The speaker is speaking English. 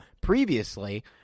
previously